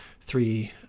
three